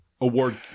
award